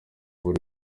buri